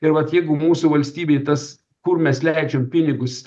ir vat jeigu mūsų valstybėj tas kur mes leidžiam pinigus